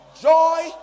joy